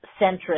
centrist